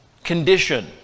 condition